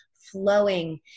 flowing